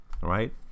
right